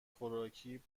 خوراکی